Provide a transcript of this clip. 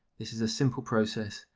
this is a simple process,